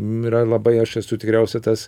yra labai aš esu tikriausia tas